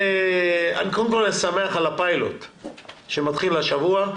קודם כל אני שמח על הפיילוט שמתחיל השבוע,